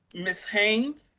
ms. haynes?